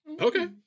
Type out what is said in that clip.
Okay